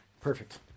perfect